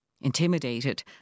Intimidated